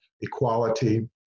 equality